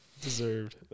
deserved